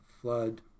flood